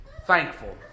thankful